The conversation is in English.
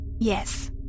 Yes